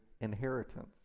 inheritance